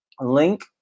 link